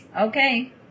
Okay